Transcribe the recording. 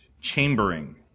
chambering